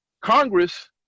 Congress